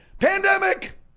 Pandemic